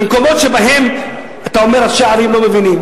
אתה אומר שראשי ערים לא מבינים.